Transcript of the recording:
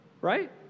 Right